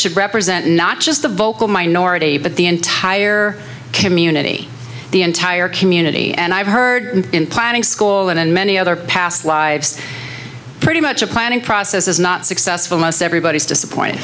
should represent not just the vocal minority but the entire community the entire community and i've heard in planning school and in many other past lives pretty much a planning process is not successful most everybody is disappointed